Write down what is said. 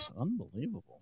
Unbelievable